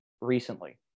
recently